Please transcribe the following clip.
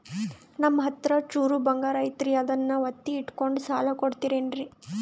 ನಮ್ಮಹತ್ರ ಚೂರು ಬಂಗಾರ ಐತಿ ಅದನ್ನ ಒತ್ತಿ ಇಟ್ಕೊಂಡು ಸಾಲ ಕೊಡ್ತಿರೇನ್ರಿ?